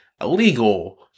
illegal